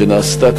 שנעשתה,